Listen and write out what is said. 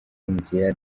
inzira